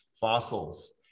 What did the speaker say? fossils